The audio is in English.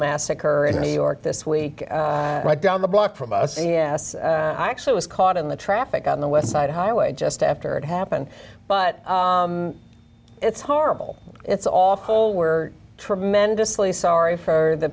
massacre in new york this week right down the block from us and yes i actually was caught in the traffic on the west side highway just after it happened but it's horrible it's awful were tremendously sorry for the